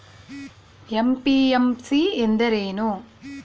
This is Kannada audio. ಎಂ.ಪಿ.ಎಂ.ಸಿ ಎಂದರೇನು?